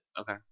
Okay